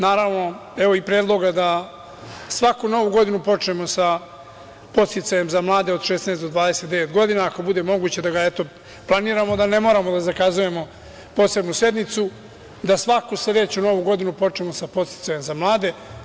Naravno, evo i predloga da svaku Novu godinu počnemo sa podsticajem za mlade od 16 do 29 godina, ako bude moguće da ga, eto, planiramo, da ne moramo da zakazujemo posebnu sednicu, da svaku sledeću Novu godinu počnemo sa podsticajem za mlade.